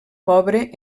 pobre